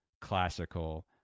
classical